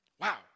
Wow